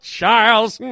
Charles